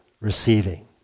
receiving